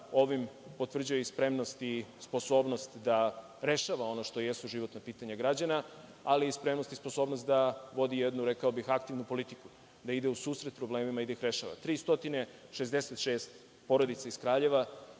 ovim potvrđuje i spremnost i sposobnost da rešava ono što jesu životna pitanja građana, ali i spremnost i sposobnost da vodi jednu aktivnu politiku, da ide u susret problemima i da ih rešava. Tri stotine i šezdeset